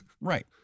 Right